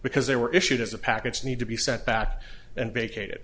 because they were issued as a package need to be sent back and vacated